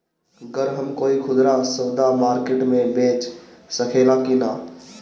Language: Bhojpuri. गर हम कोई खुदरा सवदा मारकेट मे बेच सखेला कि न?